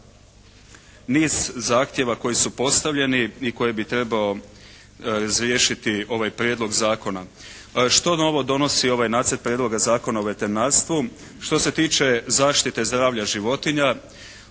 niz zahtjeva koji su postavljeni i koje bi trebao riješiti ovaj Prijedlog zakona. Što novo donosi ovaj Prijedlog zakona o veterinarstvu? Što se tiče zaštite zdravlja životinja